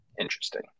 Interesting